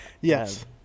Yes